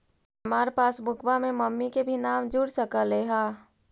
हमार पासबुकवा में मम्मी के भी नाम जुर सकलेहा?